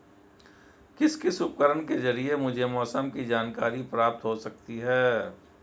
किस किस उपकरण के ज़रिए मुझे मौसम की जानकारी प्राप्त हो सकती है?